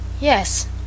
Yes